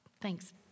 Thanks